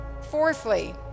fourthly